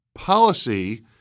Policy